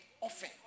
often